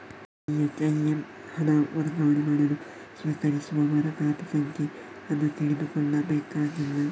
ಬಿ.ಹೆಚ್.ಐ.ಎಮ್ ಹಣ ವರ್ಗಾವಣೆ ಮಾಡಲು ಸ್ವೀಕರಿಸುವವರ ಖಾತೆ ಸಂಖ್ಯೆ ಅನ್ನು ತಿಳಿದುಕೊಳ್ಳಬೇಕಾಗಿಲ್ಲ